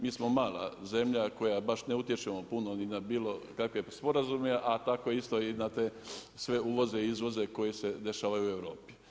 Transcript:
Mi smo mala zemlja koja baš ne utječemo puno ni na bilo kakve sporazuma a tako isto i na te sve uvoze i izvoze koji se dešavaju u Europi.